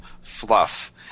fluff